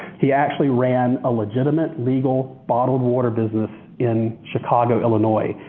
he actually ran a legitimate, legal bottled water business in chicago, illinois,